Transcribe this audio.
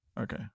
Okay